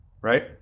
right